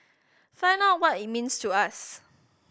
find out what it means to us